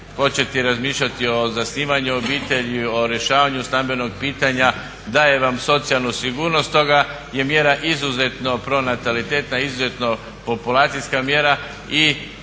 početi razmišljati o zasnivanju obitelji, o rješavanju stambenog pitanja, daje vam socijalnu sigurnost. Stoga je mjera izuzetno pronatalitetna, izuzetno populacijska mjera i